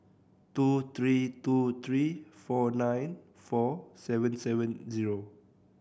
two three two three four nine four seven seven zero